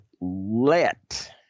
let